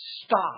Stop